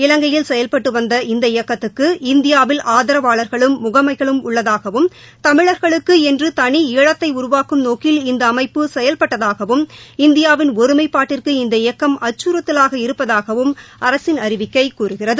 இலங்கையில் செயல்பட்டு வந்த இந்த இயக்கத்துக்கு இந்தியாவில் ஆதரவாளர்களும் முகமைகளும் உள்ளதாகவும் தமிழர்களுக்கு என்று தனி ஈழத்தை உருவாக்கும் நோக்கில் இந்த அமைப்பு செயல்பட்டதாகவும் இந்தியாவின் ஒருமைப்பாட்டிற்கு இந்த இயக்கம் அச்சுறுத்தலாக இருப்பதாகவும் அரசின் அறிவிக்கை கூறுகிறது